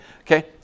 Okay